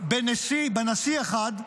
בנשיא אחד,